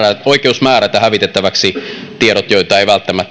oikeus määrätä hävitettäväksi tiedot joita ei välttämättä lain tarkoittamassa mielessä